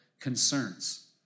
concerns